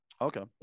Okay